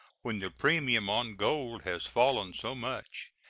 when the premium on gold has fallen so much,